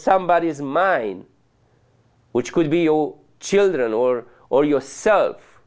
somebody is mine which could be your children or or yourself